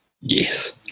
Yes